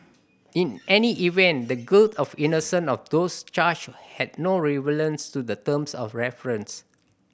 in any event the guilt of innocence of those charged has no relevance to the terms of reference